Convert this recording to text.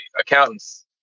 accountants